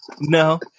No